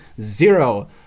zero